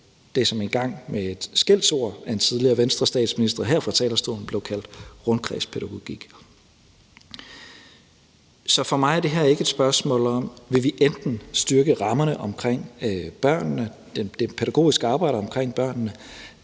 det, som engang med et skældsord af en tidligere Venstrestatsminister her fra talerstolen blev kaldt rundkredspædagogik. Så for mig er det her ikke et spørgsmål om, om vi enten vil styrke rammerne omkring børnene, det pædagogiske arbejde omkring børnene,